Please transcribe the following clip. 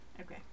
Okay